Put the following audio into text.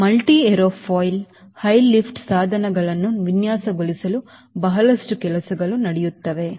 multi aerofoil high lift ಸಾಧನಗಳನ್ನು ವಿನ್ಯಾಸಗೊಳಿಸಲು ಬಹಳಷ್ಟು ಕೆಲಸಗಳು ನಡೆಯುತ್ತವೆ